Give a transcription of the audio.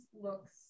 looks